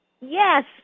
yes